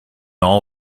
all